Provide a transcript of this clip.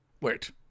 Wait